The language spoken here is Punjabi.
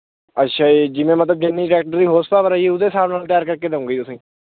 ਅੱਛਾ ਜੀ ਜਿਵੇਂ ਮਤਲਬ ਜਿੰਨੀ ਟ੍ਰੈਕਟਰ ਦੀ ਹੋਸ ਪਾਵਰ ਹੈ ਜੀ ਉਹਦੇ ਹਿਸਾਬ ਨਾਲ ਤਿਆਰ ਕਰਕੇ ਦੇਵੋਂਗੇ ਤੁਸੀਂ